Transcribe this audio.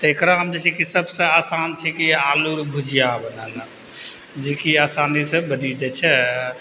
तऽ एकरामे जे छै कि सबसँ आसान छै कि आलू अर भुजिया बनाना जे कि आसानीसँ बनि जाइ छै